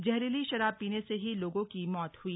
जहरीली शराब पीने से ही लोगों की मौत हुई